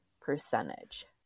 percentage